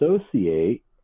associate